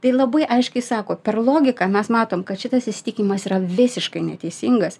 tai labai aiškiai sako per logiką mes matom kad šitas įsitikinimas yra visiškai neteisingas